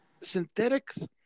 synthetics